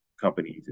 companies